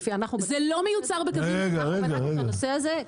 אנחנו בדקנו את הנושא הזה.